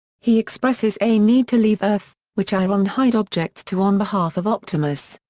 he expresses a need to leave earth, which ironhide objects to on behalf of optimus.